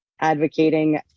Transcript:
Advocating